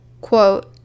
quote